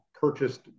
purchased